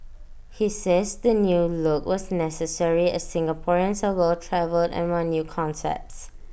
he says the new look was necessary as Singaporeans are well travelled and want new concepts